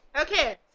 Okay